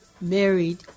married